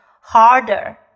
harder